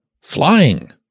flying